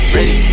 Ready